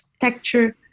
texture